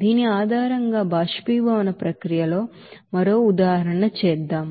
దీని ఆధారంగా వ్యాపారిజాషన్ ప్రక్రియకు మరో ఉదాహరణ చేద్దాం